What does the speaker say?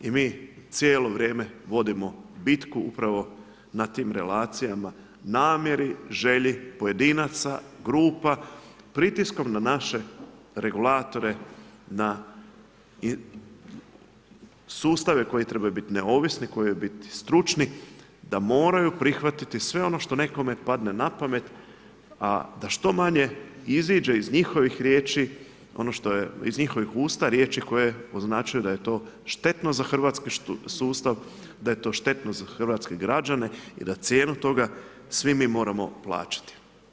I mi cijelo vrijeme vodimo bitku, upravo na tim relacijama, namjeri, želji pojedinaca, grupa, pritiskom na naše regulatore na sustave koji trebaju biti neovisni, koji bi trebali biti stručni, da moraju prihvatiti sve ono što nekome padne na pamet, a da što manje iziđe iz njihovih riječi, iz njihovih usta, riječi koje označuju da je to štetno za hrvatski sustav, da je to štetno za hrvatske građane i da cijenu toga svi mi moramo plaćati.